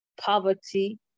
Poverty